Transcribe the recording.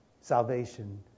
salvation